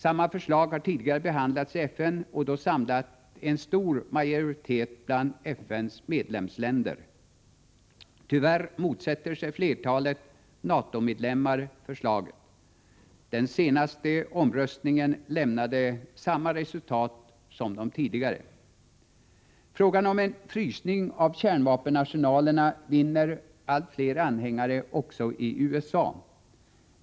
Samma förslag har tidigare behandlats i FN och då samlat en stor majoritet bland FN:s medlemsländer. Tyvärr motsätter sig flertalet NATO medlemmar förslaget. Den senaste omröstningen lämnade samma resultat som de tidigare. Frågan om en frysning av kärnvapenarsenalerna vinner allt fler anhängare också i USA.